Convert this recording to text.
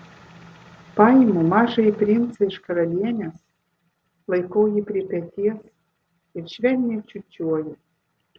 paimu mažąjį princą iš karalienės laikau jį prie peties ir švelniai čiūčiuoju